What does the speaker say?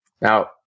Now